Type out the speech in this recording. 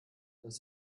das